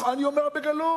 אני אומר בגלוי.